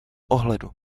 ohledu